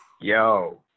Yo